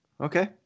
okay